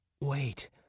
Wait